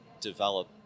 develop